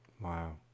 Wow